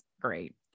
Great